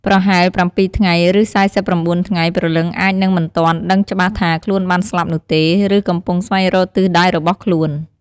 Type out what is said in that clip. ប្រហែល ៧ថ្ងៃឬ ៤៩ថ្ងៃព្រលឹងអាចនឹងមិនទាន់ដឹងច្បាស់ថាខ្លួនបានស្លាប់នោះទេ ឬកំពុងស្វែងរកទិសដៅរបស់ខ្លួន។